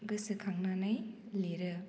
गोसोखांनानै लिरो